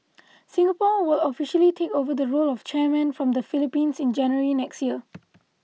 Singapore will officially take over the role of chairman from the Philippines in January next year